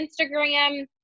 Instagram